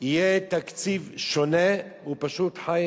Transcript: יהיה תקציב שונה, הוא פשוט חי,